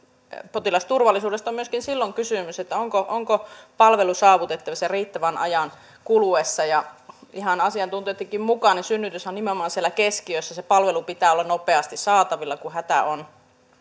potilasturvallisuudesta on myöskin silloin kysymys kun mietitään onko palvelu saavutettavissa riittävän ajan kuluessa ihan asiantuntijoittenkin mukaan synnytyshän on nimenomaan siellä keskiössä sen palvelun pitää olla nopeasti saatavilla kun hätä on